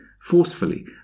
forcefully